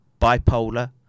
bipolar